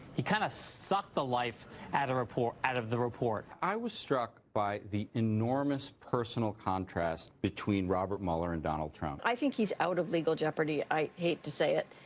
he kind of sucked the life and out of the report. i was struck by the enormous personal contrast between robert mueller and donald trump. i think he is out of legal jeopardy, i hate to say it.